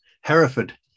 Hereford